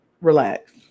relax